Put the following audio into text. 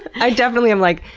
i definitely am like,